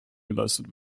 geleistet